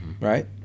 Right